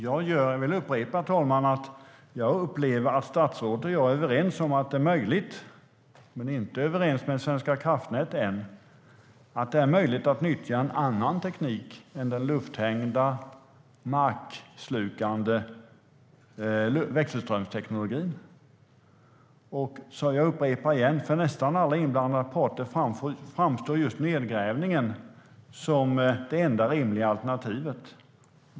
Jag vill upprepa att jag upplever att statsrådet och jag är överens - men vi är ännu inte överens med Svenska kraftnät - om att det är möjligt att nyttja annan teknik än den lufthängda, markslukande växelströmsteknologin. Jag upprepar igen att för nästan alla inblandade parter framstår just nedgrävningen som det enda rimliga alternativet.